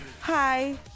Hi